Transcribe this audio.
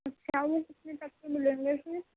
اچھا وہ کتنے تک کے ملیں گے اُس میں